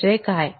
म्हणजे काय